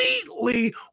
completely